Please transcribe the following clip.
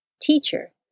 Teacher